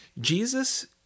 jesus